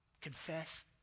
confess